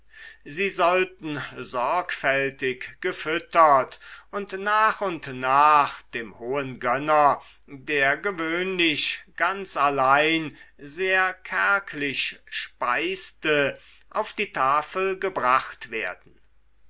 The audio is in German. sie sollten sorgfältig gefüttert und nach und nach dem hohen gönner der gewöhnlich ganz allein sehr kärglich speiste auf die tafel gebracht werden